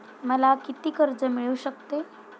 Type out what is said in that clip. मला किती कर्ज मिळू शकते?